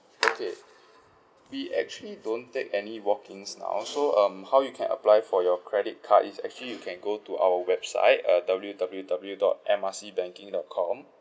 okay we actually don't take any walk in style so um how you can apply for your credit card is actually you can go to our website uh W W W dot M R C banking dot com